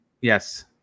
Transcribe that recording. Yes